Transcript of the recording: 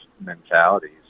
mentalities